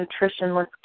nutritionless